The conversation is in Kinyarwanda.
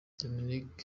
dominic